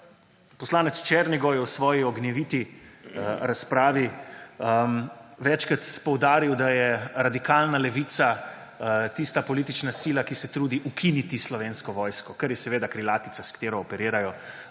Poslanec Černigoj je v svoji ognjeviti razpravi večkrat poudaril, da je radikalna levica tista politična sila, ki se trudi ukiniti Slovensko vojsko, kar je seveda krilatica, s katero operirajo na